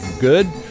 good